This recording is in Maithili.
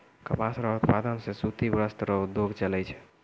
कपास रो उप्तादन से सूती वस्त्र रो उद्योग चलै छै